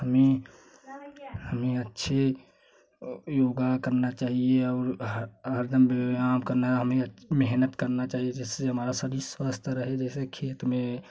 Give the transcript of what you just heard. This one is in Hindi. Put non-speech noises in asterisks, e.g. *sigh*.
हम हमें अच्छे योगा करना चाहिए और हर दिन आपका *unintelligible* मेहनत करना चाहिए जिससे हमारा शरीर स्वस्थ रहे जैसे खेत में